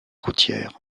routière